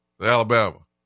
Alabama